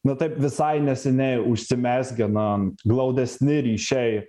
na taip visai neseniai užsimezgę na glaudesni ryšiai